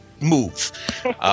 move